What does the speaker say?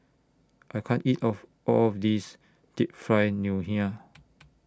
I can't eat of All of This Deep Fried Ngoh Hiang